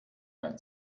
mehr